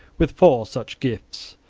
with four such gifts,